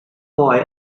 boy